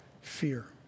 fear